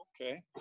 Okay